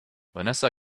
vanessa